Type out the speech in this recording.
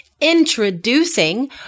Introducing